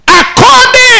According